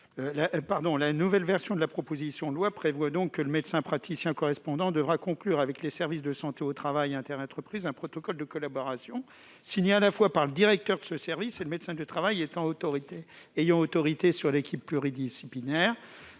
La nouvelle version de la proposition de loi prévoit que le médecin praticien correspondant devra conclure avec le service de prévention et de la santé au travail interentreprises un protocole de collaboration, signé à la fois par le directeur du SPSTI et le médecin du travail ayant autorité sur l'équipe pluridisciplinaire.